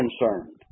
concerned